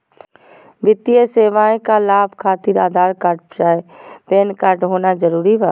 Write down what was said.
वित्तीय सेवाएं का लाभ खातिर आधार कार्ड चाहे पैन कार्ड होना जरूरी बा?